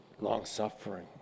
long-suffering